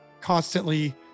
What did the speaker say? constantly